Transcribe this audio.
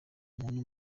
umuntu